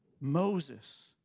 Moses